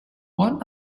what